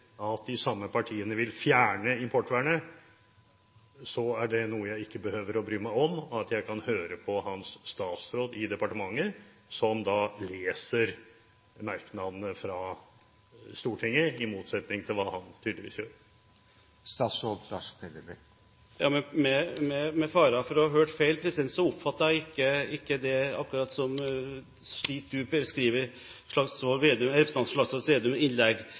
at de samme partiene vil fjerne importvernet, er det noe jeg ikke behøver å bry meg om, og at jeg kan høre på hans statsråd, som leser merknadene fra Stortinget – i motsetning til hva representanten tydeligvis gjør? Med fare for å ha hørt feil: Jeg oppfattet ikke representanten Slagsvold Vedums innlegg slik. Det som